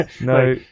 no